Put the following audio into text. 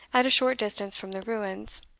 at a short distance from the ruins,